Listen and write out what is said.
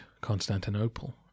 Constantinople